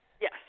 Yes